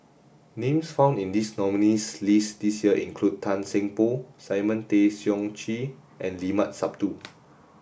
names found in the nominees' list this year include Tan Seng Poh Simon Tay Seong Chee and Limat Sabtu